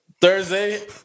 Thursday